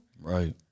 Right